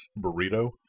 burrito